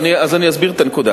אז אני אסביר את הנקודה.